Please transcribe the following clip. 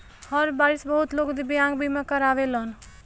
हर बारिस बहुत लोग दिव्यांग बीमा करावेलन